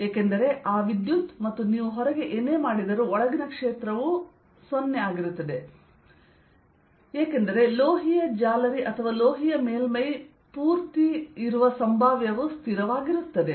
ಏಕೆಂದರೆ ಆ ವಿದ್ಯುತ್ ಮತ್ತು ನೀವು ಹೊರಗೆ ಏನೇ ಮಾಡಿದರೂ ಒಳಗಿನ ಕ್ಷೇತ್ರವು 0 ಆಗಿರುತ್ತದೆ ಏಕೆಂದರೆ ಲೋಹೀಯ ಜಾಲರಿ ಅಥವಾ ಲೋಹೀಯ ಮೇಲ್ಮೈ ಪೂರ್ತಿ ಇರುವ ಸಂಭಾವ್ಯವು ಸ್ಥಿರವಾಗಿರುತ್ತದೆ